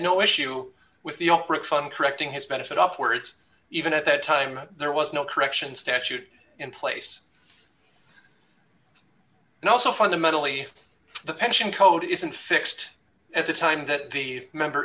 no issue with the correcting his benefit upwards even at that time there was no correction statute in place and also fundamentally the pension code isn't fixed at the time that the member